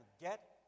get